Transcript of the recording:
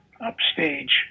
upstage